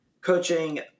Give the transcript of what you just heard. coaching